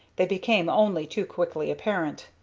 they became only too quickly apparent.